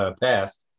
past